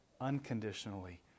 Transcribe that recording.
unconditionally